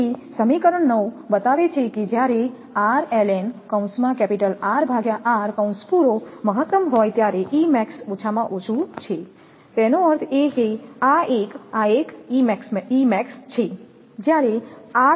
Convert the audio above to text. તેથી સમીકરણ 9 બતાવે છે કે જ્યારે rln R r મહત્તમ હોય ત્યારે E max ઓછામાં ઓછું છે તેનો અર્થ એ કે આ 1 આ E max છે